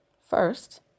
first